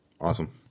Awesome